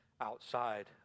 outside